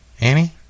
Annie